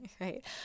right